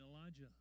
Elijah